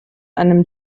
einem